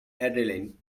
adrenaline